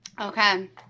Okay